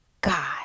God